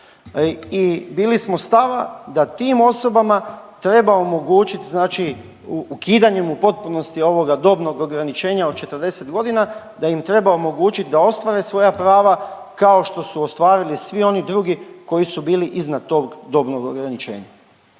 i bili smo stava da tim osobama treba omogućit znači ukidanjem u potpunosti ovoga dobnog ograničenja od 40 godina, da im treba omogućit da ostvare svoja prava kao što su ostvarili svi oni drugi koji su bili iznad tog dobnog ograničenja.